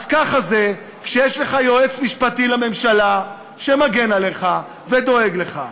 אז ככה זה כשיש לך יועץ משפטי לממשלה שמגן עליך ודואג לך.